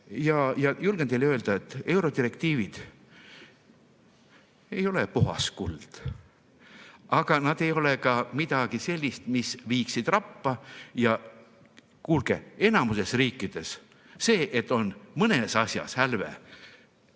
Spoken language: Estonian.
Julgen teile öelda, et eurodirektiivid ei ole puhas kuld, aga nad ei ole ka midagi sellist, mis viiksid rappa. Kuulge, enamikus on riikides normaalne see, et on mõnes asjas hälve